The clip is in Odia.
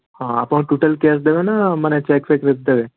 ହଁ ଆପଣ ଟୋଟାଲ୍ କ୍ୟାସ୍ ଦେବେ ନା ମାନେ ଚେକ୍ ଫେକ୍ରେ ଦେବେ